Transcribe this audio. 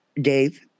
Dave